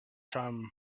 time